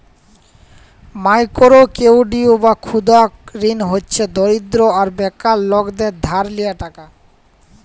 micro credit বা ক্ষুদা ঋল হছে দরিদ্র আর বেকার লকদের ধার লিয়া টাকা